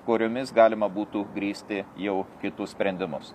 kuriomis galima būtų grįsti jau kitus sprendimus